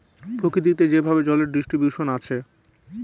প্রকৃতিতে যেভাবে জলের ডিস্ট্রিবিউশন আছে